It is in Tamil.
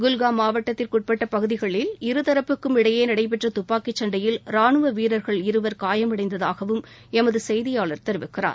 குல்ஹாம் மாவட்டத்திற்கு உட்பட்ட பகுதிகளில் இருதரப்புக்கும் இடையே நடைபெற்ற துப்பாக்கி சண்டையில் ரானுவ வீரர்கள் இருவர் காயமடைந்ததாகவும் எமது செய்தியாளர் தெரிவிக்கிறார்